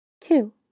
Two